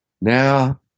Now